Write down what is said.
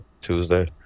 Tuesday